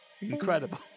incredible